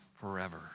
forever